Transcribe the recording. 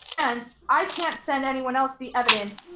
and i can't send anyone else the evidence,